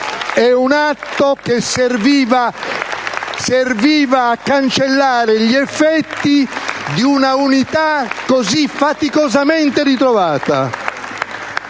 È un atto che serviva a cancellare gli effetti di una unità così faticosamente ritrovata.